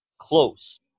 close